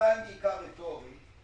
שחלק נכבד מהשאלות שאני לפחות שאלתי לא נענו,